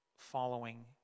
following